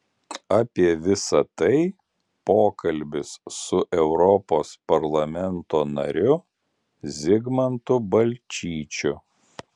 apie visai tai pokalbis su europos parlamento nariu zigmantu balčyčiu